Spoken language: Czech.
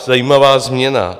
Zajímavá změna.